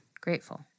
grateful